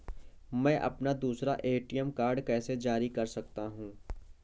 मैं अपना दूसरा ए.टी.एम कार्ड कैसे जारी कर सकता हूँ?